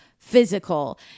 physical